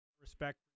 respect